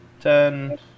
ten